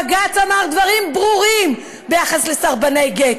בג"ץ אמר דברים ברורים ביחס לסרבני גט,